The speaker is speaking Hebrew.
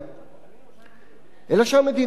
אלא שהמדינה השתנתה ברבות השנים